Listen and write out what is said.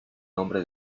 nombre